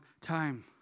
time